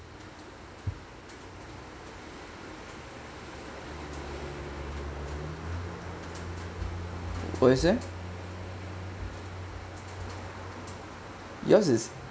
what you say yours is